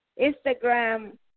Instagram